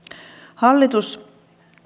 hallitus